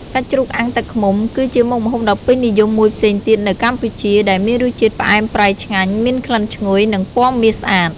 សាច់ជ្រូកអាំងទឹកឃ្មុំ គឺជាមុខម្ហូបដ៏ពេញនិយមមួយផ្សេងទៀតនៅកម្ពុជា ដែលមានរសជាតិផ្អែមប្រៃឆ្ងាញ់ មានក្លិនឈ្ងុយ និងពណ៌មាសស្អាត។